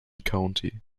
county